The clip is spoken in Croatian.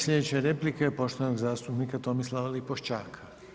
Sljedeća replika poštovanog zastupnika Tomislava Lipošćaka.